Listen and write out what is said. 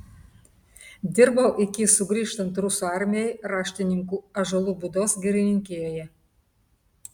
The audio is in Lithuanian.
dirbau iki sugrįžtant rusų armijai raštininku ąžuolų būdos girininkijoje